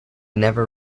never